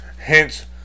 Hence